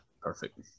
perfect